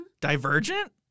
Divergent